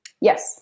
Yes